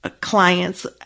clients